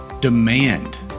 Demand